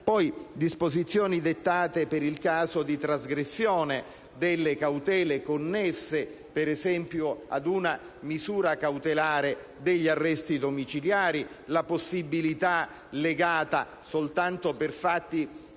poi disposizioni dettate per il caso di trasgressione delle cautele connesse, ad esempio, ad una misura cautelare degli arresti domiciliari. La possibilità, legata soltanto a fatti